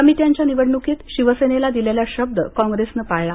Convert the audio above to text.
समित्यांच्या निवडणुकीत शिवसेनेला दिलेला शब्द कॉंग्रेसनं पाळला